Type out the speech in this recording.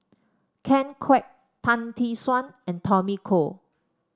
Ken Kwek Tan Tee Suan and Tommy Koh